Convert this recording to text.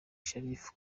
sharifa